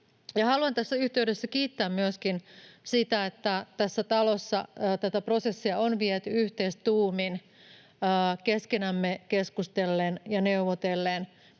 Haluan tässä yhteydessä kiittää myöskin siitä, että tässä talossa tätä prosessia on viety yhteistuumin keskenämme keskustellen ja neuvotellen